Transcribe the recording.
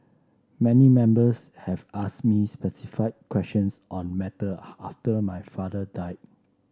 many members have asked me specific questions on matter after my father died